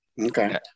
Okay